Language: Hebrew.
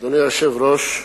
אדוני היושב-ראש,